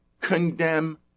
condemn